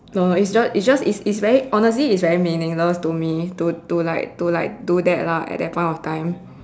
no it's just it just is is is very honestly it's very meaningless to me to to like to like do that lah at that point of time